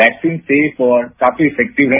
vaccine safe और काफी effective है